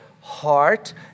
heart